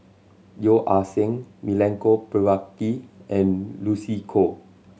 Yeo Ah Seng Milenko Prvacki and Lucy Koh